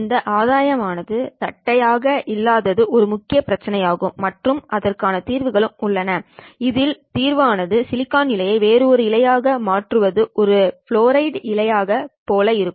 இந்த ஆதாயம் ஆனது தட்டையாக ஆக இல்லாதது ஒரு முக்கியமான பிரச்சினை ஆகும் மற்றும் அதற்கான தீர்வுகளும் உள்ளன இதில் ஒரு தீர்வு ஆனதுசிலிக்கான் இழையை வேறு இழை ஆக மாற்றுவது இது புளோரைட் இழையை போல இருக்கும்